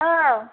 औ